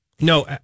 No